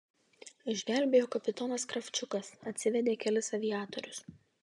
išgelbėjo kapitonas kravčiukas atsivedė kelis aviatorius